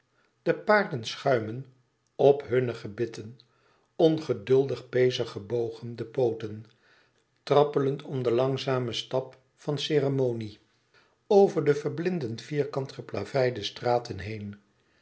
de paarden schuimen op hunne gebitten ongeduldig pezig gebogen de pooten trappelend om den langzamen stap van ceremonie over de verblindend vierkant geplaveide straten heen